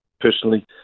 personally